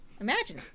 Imagine